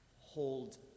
Hold